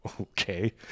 Okay